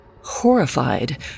Horrified